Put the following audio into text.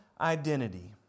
identity